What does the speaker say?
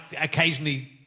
occasionally